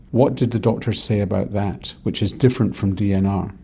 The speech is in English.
what did the doctors say about that, which is different from dnr?